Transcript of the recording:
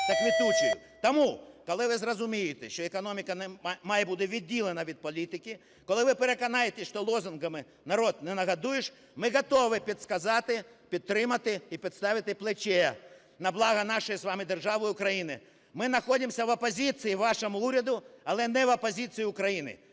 Тому, коли ви зрозумієте, що економіка має бути відділена від політики, коли ви переконаєтесь, що лозунгом народ не нагодуєш, ми готові підказати, підтримати і підставити плече на благо нашої з вами держави України. Ми знаходимося в опозиції вашому уряду, але не в опозиції Україні.